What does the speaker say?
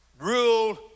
ruled